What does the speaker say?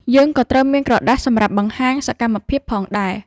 យើងក៏ត្រូវមានក្រដាសសម្រាប់បង្ហាញសកម្មភាពផងដែរ។